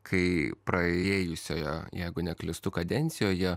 kai praėjusioje jeigu neklystu kadencijoje